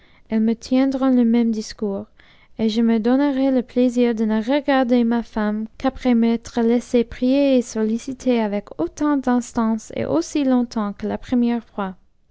cnes me tiendront le même discaurs et je me donnerai ë plaisir de ne regarder ma femme qu'après m'être iaissë prier et solliciter avec autant d'instances et aussi torgtemp'qu ta première fois